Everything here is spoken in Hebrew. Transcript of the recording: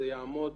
זה יעמוד